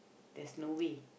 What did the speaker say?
there's no way